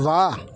ਵਾਹ